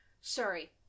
sorry